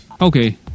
Okay